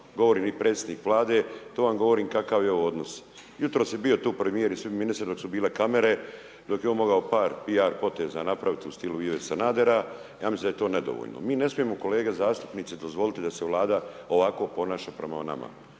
govorim i predsjednik Vlade, to vam govorim kakav je ovo odnos. Jutros je bio tu premijer i svi ministri dok su bile kamere dok je on mogao par PR poteza napraviti u stilu Ive Sanadera, ja mislim da je to nedovoljno. Mi ne smijemo kolege zastupnici, dozvoliti da se Vlada ovako ponaša prema nama.